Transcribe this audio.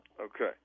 Okay